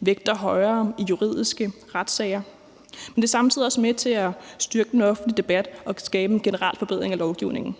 vægter højere i juridiske retssager, og det er samtidig også med til at styrke den offentlige debat og at skabe en generel forbedring af lovgivningen.